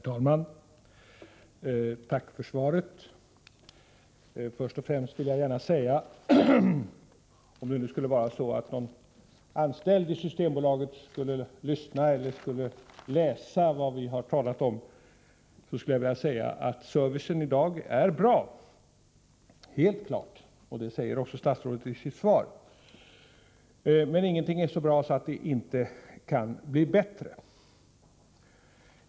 Herr talman! Jag tackar statsrådet för svaret! För det första vill jag gärna säga, om det skulle vara så att någon anställd i Systembolaget lyssnar eller kommer att läsa vad vi har talat om, att servicen i dag är bra. Detta säger också statsrådet i sitt svar. Men ingenting är så bra att det inte kan bli bättre.